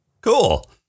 Cool